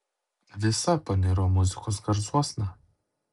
visa paniro muzikos garsuosna